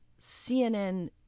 CNN